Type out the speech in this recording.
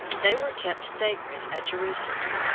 they were kept sacred at jerusalem.